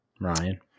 ryan